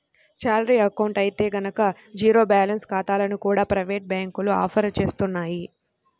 salary account అయితే గనక zero balance ఖాతాలను కూడా ప్రైవేటు బ్యాంకులు ఆఫర్ చేస్తున్నాయి